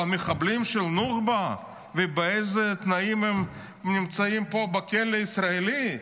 אבל מחבלים של נוח'בה ובאיזה תנאים הם נמצאים פה בכלא הישראלי,